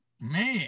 Man